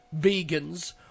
vegans